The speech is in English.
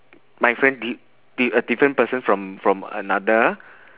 my friend di~ di~ a different person from from another